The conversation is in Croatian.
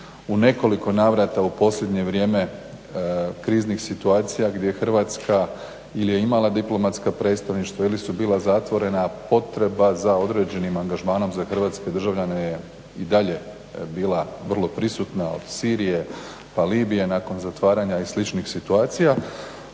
u nekoliko navrata u posljednje vrijeme kriznih situacija gdje Hrvatska ili je imala diplomatska predstavništva ili su bila zatvorena potreba za određenim angažmanom za hrvatske državljane je i dalje bila vrlo prisutna od Sirije, pa Libije nakon zatvaranja i sličnih situacija.